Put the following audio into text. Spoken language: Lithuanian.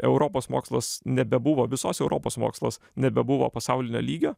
europos mokslas nebebuvo visos europos mokslas nebebuvo pasaulinio lygio